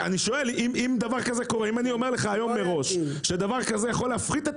אם אני אומר לך מראש שדבר כזה יכול להפחית את